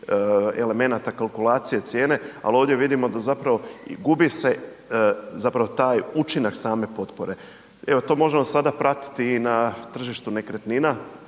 elemenata kalkulacije cijene, al ovdje vidimo da zapravo i gubi se zapravo taj učinak same potpore. Evo to možemo sada pratiti i na tržištu nekretnina